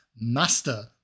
Master